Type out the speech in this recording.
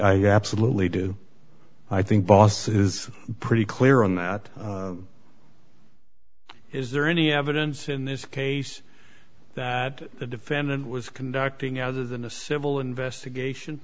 absolutely do i think boss is pretty clear on that is there any evidence in this case that the defendant was conducting our than a civil investigation